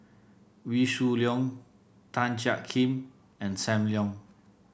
Wee Shoo Leong Tan Jiak Kim and Sam Leong